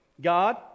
God